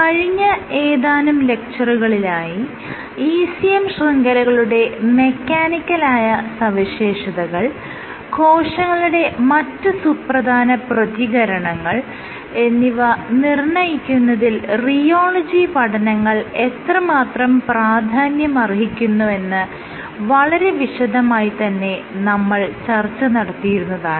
കഴിഞ്ഞ ഏതാനും ലെക്ച്ചറുകളിലായി ECM ശൃംഖലകളുടെ മെക്കാനിക്കലായ സവിശേഷതകൾ കോശങ്ങളുടെ മറ്റ് സുപ്രധാന പ്രതികരണങ്ങൾ എന്നിവ നിർണ്ണയിക്കുന്നതിൽ റിയോളജി പഠനങ്ങൾ എത്രമാത്രം പ്രാധാന്യം അർഹിക്കുന്നുവെന്ന് വളരെ വിശദമായി തന്നെ നമ്മൾ ചർച്ച നടത്തിയിരുന്നതാണ്